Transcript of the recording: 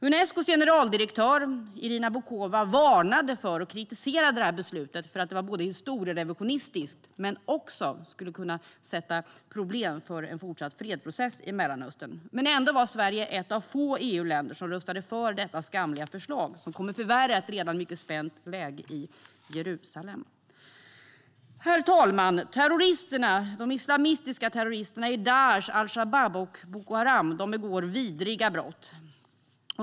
Unescos generaldirektör Irina Bokova varnade för och kritiserade det här beslutet för att det var både historierevisionistiskt och också skulle kunna skapa problem för en fortsatt fredsprocess i Mellanöstern. Ändå var Sverige ett av få EU-länder som röstade för detta skamliga förslag som kommer att förvärra ett redan mycket spänt läge i Jerusalem. Herr talman! De islamistiska terroristerna i Daish, al-Shabab och Boko Haram begår vidriga brott.